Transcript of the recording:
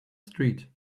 street